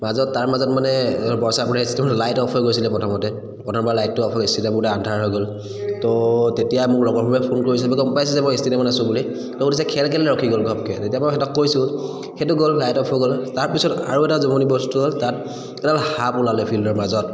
মাজত তাৰ মাজত মানে বৰসাপাৰা ষ্টেডিয়ামত লাইট অফ হৈ গৈছিলে প্ৰথমতে প্ৰথমবাৰ লাইটটো অফ হৈ ষ্টেডিয়াম গোটেই আন্ধাৰ হৈ গ'ল ত' তেতিয়া মোৰ লগৰবোৰে ফোন কৰিছিলে গম পাইছে যে মই ষ্টেডিয়ামত আছোঁ বুলি ত' সুধিছে খেল কেলে ৰখি গ'ল ঘপকৈ তেতিয়া মই সিহঁতক কৈছোঁ সেইটো গ'ল লাইট অফ হৈ গ'ল তাৰপিছত আৰু এটা জমনি বস্তু হ'ল তাত এডাল সাপ ওলালে ফিল্ডৰ মাজত